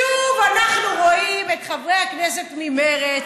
שוב אנחנו רואים את חברי הכנסת ממרצ